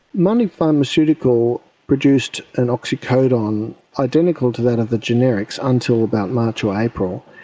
mundipharmaceutical produced an oxycodone identical to that of the generics until about march or april,